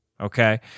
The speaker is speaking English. Okay